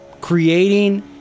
creating